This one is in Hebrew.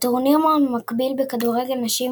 הטורניר המקביל בכדורגל נשים,